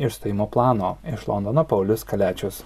išstojimo plano iš londono paulius kaliačius